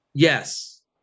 Yes